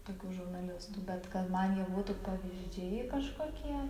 tokių žurnalistų bet kad man jie būtų pavyzdžiai kažkokie